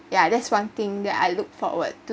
yeah that's one thing that I look forward to